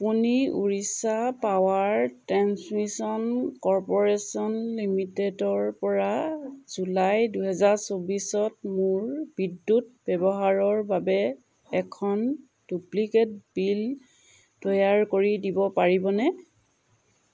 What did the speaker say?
আপুনি Odisha power transmission corporation লিমিটেডৰপৰা July দুহেজাৰ চৌবিছত মোৰ বিদ্যুৎ ব্যৱহাৰৰ বাবে এখন ডুপ্লিকেট বিল তৈয়াৰ কৰি দিব পাৰিবনে